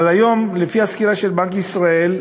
אבל היום, לפי הסקירה של בנק ישראל,